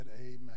Amen